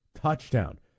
Touchdown